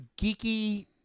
geeky